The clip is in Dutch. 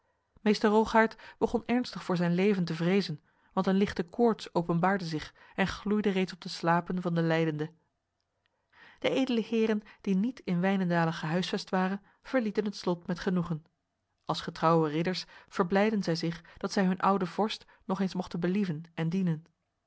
meester rogaert begon ernstig voor zijn leven te vrezen want een lichte koorts openbaarde zich en gloeide reeds op de slapen van de lijdende de edele heren die niet in wijnendale gehuisvest waren verlieten het slot met genoegen als getrouwe ridders verblijdden zij zich dat zij hun oude vorst nog eens mochten believen en dienen